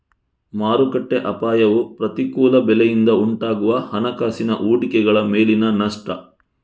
ಮಾರುಕಟ್ಟೆ ಅಪಾಯವು ಪ್ರತಿಕೂಲ ಬೆಲೆಯಿಂದ ಉಂಟಾಗುವ ಹಣಕಾಸಿನ ಹೂಡಿಕೆಗಳ ಮೇಲಿನ ನಷ್ಟ